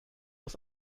aus